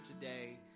today